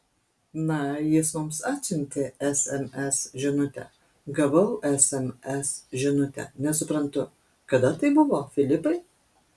na jis mums atsiuntė sms žinutę gavau sms žinutę nesuprantu kada tai buvo filipai